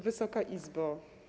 Wysoka Izbo!